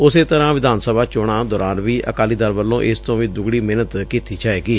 ਉਸੇ ਤਰੁਾਂ ਵਿਧਾਨ ਸਭਾ ਚੋਣਾਂ ਦੌਰਾਨ ਵੀ ਅਕਾਲੀ ਦਲ ਵੱਲੋਂ ਇਸ ਤੋਂ ਵੀ ਦੁੱਗਣੀ ਮਿਹਨਤ ਕੀਤੀ ਜਾਵੇਗੀ